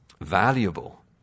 valuable